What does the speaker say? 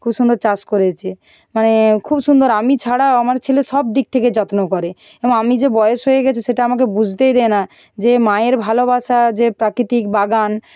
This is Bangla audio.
খুব সুন্দর চাষ করেছে মানে খুব সুন্দর আমি ছাড়াও আমার ছেলে সব দিক থেকে যত্ন করে এবং আমি যে বয়স হয়ে গেছে সেটা আমাকে বুঝতেই দেয় না যে মায়ের ভালোবাসা যে প্রাকৃতিক বাগান